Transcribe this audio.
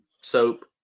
soap